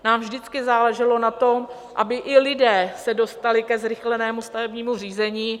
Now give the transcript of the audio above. Nám vždycky záleželo na tom, aby i lidé se dostali ke zrychlenému stavebnímu řízení.